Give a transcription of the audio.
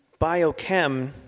biochem